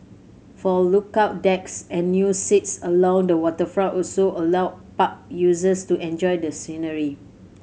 four lookout decks and new seats along the waterfront also allow park users to enjoy the scenery